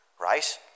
Right